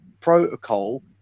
protocol